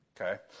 Okay